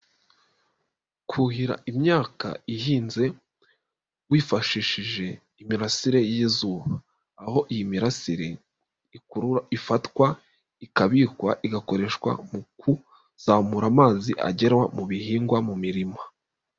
Kuhira imyaka ihinze wifashishije imirasire y'izuba, aho iyi mirasire ikurura ifatwa ikabikwa igakoreshwa mu kuzamura amazi agera mu bihingwa mu mirima.